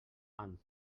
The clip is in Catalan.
amb